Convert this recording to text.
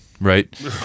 right